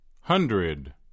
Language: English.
Hundred